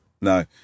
no